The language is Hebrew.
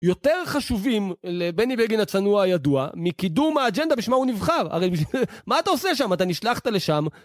יותר חשובים לבני בגין הצנוע הידוע, מקידום האג'נדה בשמה הוא נבחר, הרי מה אתה עושה שם, אתה נשלחת לשם.